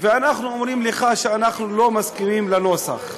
אנחנו אומרים לך שאנחנו לא מסכימים לנוסח.